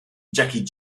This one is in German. jackie